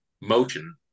motion